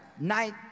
night